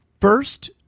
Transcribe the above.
first